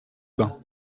bains